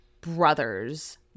brothers